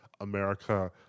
America